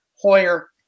Hoyer